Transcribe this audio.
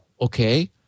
okay